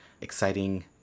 exciting